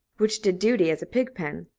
which did duty as a pig-pen.